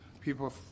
people